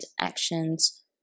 actions